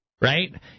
Right